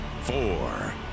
four